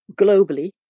globally